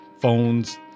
phones